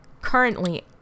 currently –